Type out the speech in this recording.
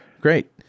Great